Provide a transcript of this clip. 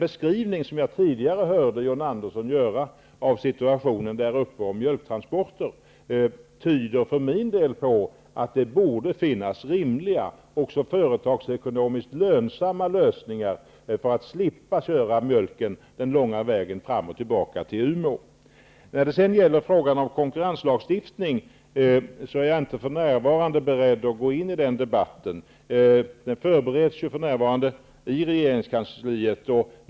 John Anderssons beskrivning av situationen när det gäller mjölktransporter tyder på att det borde finnas rimliga företagsekonomiskt lönsamma lösningar för att man skall slippa att transportera mjölken den långa vägen fram och tillbaka till Umeå. När det gäller konkurrenslagstiftningen är jag inte beredd att gå in i någon debatt. Den förbereds för närvarande i regeringskansliet.